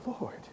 Lord